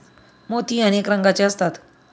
मोती अनेक रंगांचे असतात